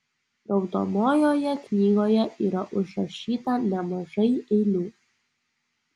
raudonojoje knygoje yra užrašyta nemažai eilių